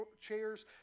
chairs